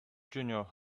junior